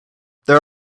there